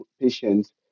patients